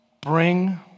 bring